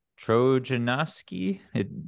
trojanowski